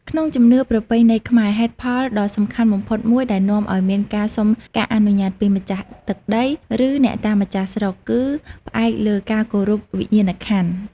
ក្នុងជំនឿប្រពៃណីខ្មែរ ហេតុផលដ៏សំខាន់បំផុតមួយដែលនាំឱ្យមានការសុំការអនុញ្ញាតពីម្ចាស់ទឹកដី ឬអ្នកតាម្ចាស់ស្រុក គឺផ្អែកលើ ការគោរពវិញ្ញាណក្ខន្ធ។